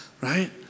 Right